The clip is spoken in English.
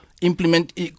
implement